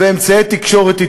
נציגי תקשורת,